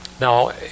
Now